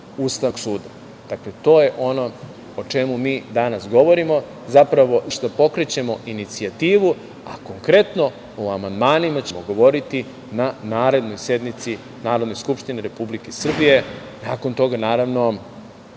Ustavnog suda. Dakle, to je ono o čemu mi danas govorimo, zapravo zašto pokrećemo inicijativu, a konkretno o amandmanima ćemo govoriti na narednoj sednici Narodne skupštine Republike Srbije. Nakon toga, naravno,